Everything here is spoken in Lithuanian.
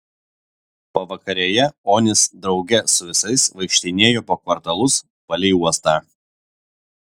pavakarėje onis drauge su visais vaikštinėjo po kvartalus palei uostą